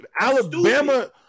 Alabama –